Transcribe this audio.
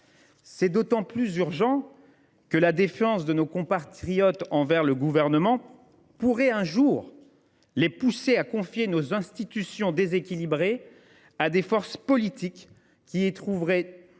C’est d’autant plus urgent que la défiance de nos compatriotes envers le Gouvernement pourrait, un jour, les pousser à confier nos institutions déséquilibrées à des forces politiques qui y trouveraient